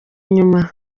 nyuma